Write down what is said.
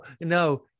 No